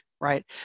right